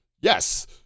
yes